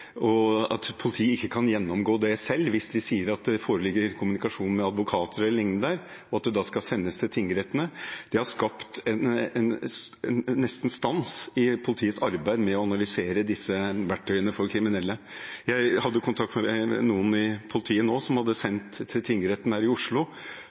politiet ikke kan gjennomgå selv hvis man sier det foregår kommunikasjon med advokater e.l., og at det da skal sendes til tingrettene, har skapt nesten stans i politiets arbeid med å analysere disse verktøyene for kriminelle. Jeg hadde kontakt med noen i politiet nå som hadde